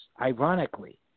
ironically